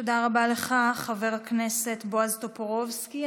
רבה לך, חבר הכנסת בועז טופורובסקי.